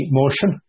motion